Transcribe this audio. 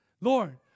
Lord